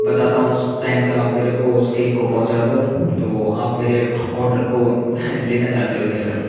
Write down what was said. बताता हूँ उस टाइम तक आप मेरे को उस केक को पहुंचा दो तो आप मेरे ऑर्डर को लेना चाहते हो क्या सर